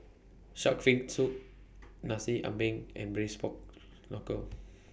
Shark's Fin Soup Nasi Ambeng and Braised Pork Knuckle